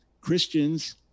Christians